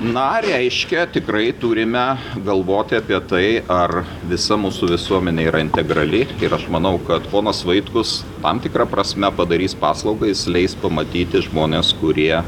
na reiškia tikrai turime galvoti apie tai ar visa mūsų visuomenė yra integrali ir aš manau kad ponas vaitkus tam tikra prasme padarys paslaugą jis leis pamatyti žmones kurie